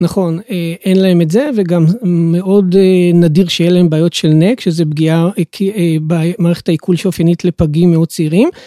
נכון, אין להם את זה, וגם מאוד נדיר שיהיה להם בעיות של נג, שזה פגיעה במערכת העיכול שאופיינית לפגים מאוד צעירים.